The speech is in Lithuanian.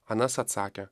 anas atsakė